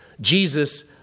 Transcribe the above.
Jesus